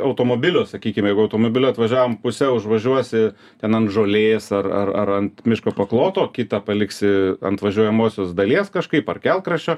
automobilio sakykim jeigu automobiliu atvažiavom puse užvažiuosi ten an žolės ar ar ar ant miško pakloto kitą paliksi ant važiuojamosios dalies kažkaip ar kelkraščio